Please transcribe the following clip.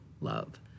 love